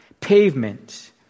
pavement